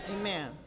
Amen